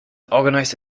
organized